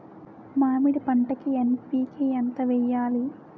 మామిడి పంటకి ఎన్.పీ.కే ఎంత వెయ్యాలి?